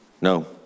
no